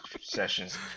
sessions